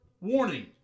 warning